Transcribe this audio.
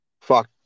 fuck